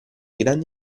grandi